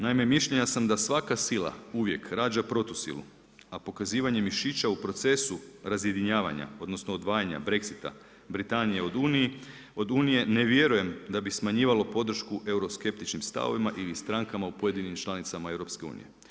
Naime, mišljenja sam da svaka sila uvijek rađa protusilu, a pokazivanje mišića u procesu razjedinjavanja odnosno odvajanja Brexita Britanije od Unije ne vjerujem da bi smanjivalo podršku euroskeptičnim stavovima ili strankama u pojedinim članicama EU.